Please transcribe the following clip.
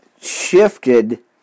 shifted